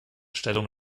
stellung